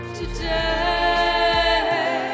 today